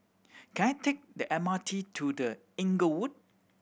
can I take the M R T to The Inglewood